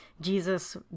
Jesus